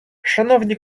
шановні